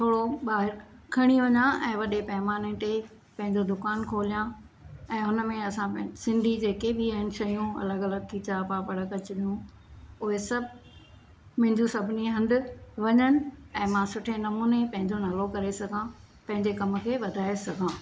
थोरो ॿाहिरि खणी वञां ऐ वॾे पैमाने ते पंहिंजो दुकानु खोल्यां ऐ हुन में असां सिंधी जेके बि आहिनि छयूं अलगि॒ अलगि॒ खीचा पापड़ कचड़ियूं उहे सभु मुंहिंजियूं सभिनी हंधु वञनि ऐं मां सुठे नमूने पंहिंजो नालो करे सघां पंहिंजे कमु खे वधाए सघां